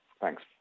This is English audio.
Thanks